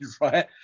right